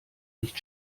nicht